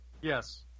Yes